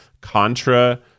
contra